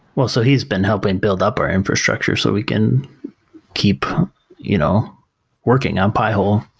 well, so he's been helping build up our infrastructure so we can keep you know working on pi-hole,